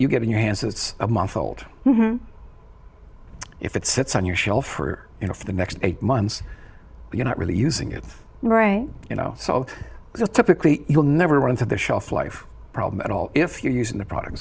you get in your hands it's a month old if it sits on your shelf for you know for the next eight months you're not really using it right you know so it's typically you'll never run into the shelf life problem at all if you're using the